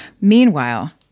Meanwhile